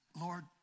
Lord